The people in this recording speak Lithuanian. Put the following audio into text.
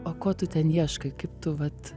o ko tu ten ieškai kaip tu vat